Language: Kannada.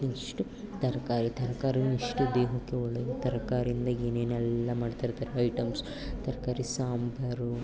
ನೆಕ್ಸ್ಟು ತರಕಾರಿ ತರ್ಕಾರಿಯೂ ಎಷ್ಟು ದೇಹಕ್ಕೆ ಒಳ್ಳೆಯದು ತರಕಾರಿಯಿಂದ ಏನೇನೆಲ್ಲ ಮಾಡ್ತಾರೆ ತರಕಾರಿ ಐಟೆಮ್ಸ್ ತರಕಾರಿ ಸಾಂಬಾರು